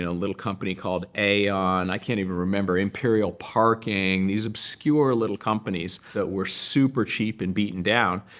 ah little company called aon. i can't even remember imperial parking these obscure little companies that were super cheap and beaten down.